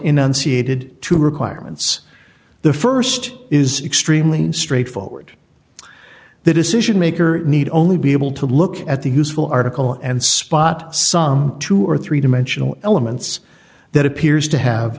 in unseated two requirements the st is extremely straightforward the decision maker need only be able to look at the useful article and spot some two or three dimensional elements that appears to have